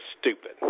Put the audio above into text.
stupid